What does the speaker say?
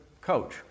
coach